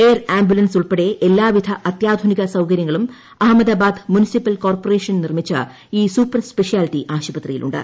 air ambulance ഉൾപ്പെടെ എല്ലാവിധ അത്യാധുനിക സൌകരൃങ്ങളും അഹമ്മദാബാദ് മുനിസിപ്പൽ കോർപ്പറേഷൻ നിർമ്മിച്ച ഈ സൂപ്പർ സ്പെഷ്യാലിറ്റി ആശുപത്രിയിലുണ്ട്